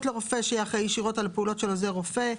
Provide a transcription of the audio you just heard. לרופא שיהיה אחראי ישירות על הפעולות של עוזר רופא,